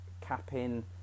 capping